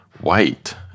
white